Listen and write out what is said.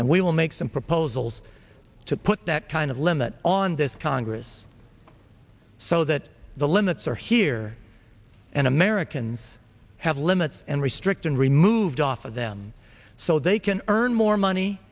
and we will make some proposals to put that kind of limit on this congress so that the limits are here and americans have limits and restrict and removed off of them so they can earn more money